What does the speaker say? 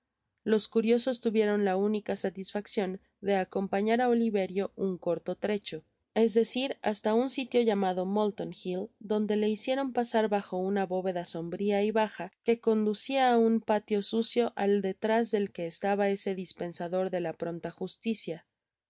los curiosos tuvieron la tínica satisfaccion de acompañar á oliterro nn corto trecho es decir hasta un sitio llamado mnllon hiü donde le hicieron pasar bajo una bóveda sombria y baja que conducia á un patio sucio al detrás del que estaba ese dispensador de la pronta justicia